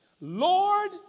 Lord